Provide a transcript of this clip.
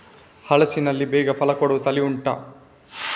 ಹಲಸಿನಲ್ಲಿ ಬೇಗ ಫಲ ಕೊಡುವ ತಳಿ ಉಂಟಾ